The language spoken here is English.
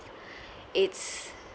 it's